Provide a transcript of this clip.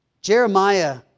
Jeremiah